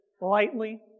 lightly